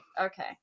okay